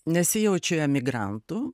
nesijaučiu emigrantu